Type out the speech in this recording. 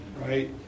right